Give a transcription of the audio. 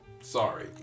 Sorry